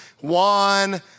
one